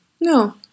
No